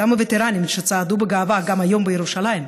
אותם וטרנים שצעדו בגאווה היום בירושלים,